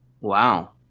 Wow